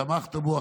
תמכת בו,